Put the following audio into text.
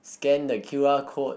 scan the q_r code